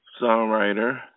songwriter